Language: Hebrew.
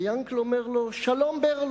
ויענקל אומר לו: שלום ברל.